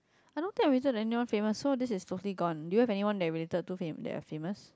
I don't think I'm related to anyone famous so this is totally gone do you have anyone that you're related to that are famous